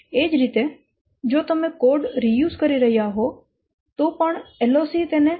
એ જ રીતે જો તમે કોડ રિયુઝ કરી રહયા હો તો પણ LOC તેને પેનલાઈઝ કરશે